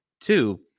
two